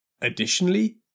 Additionally